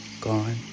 gone